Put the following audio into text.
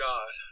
God